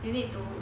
you need to